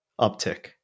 uptick